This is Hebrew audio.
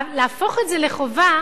להפוך את זה לחובה,